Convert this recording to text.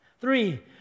Three